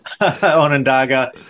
Onondaga